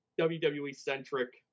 WWE-centric